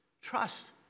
Trust